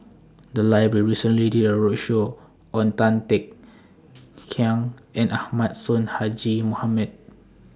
The Library recently did A roadshow on Tan Kek Hiang and Ahmad Sonhadji Mohamad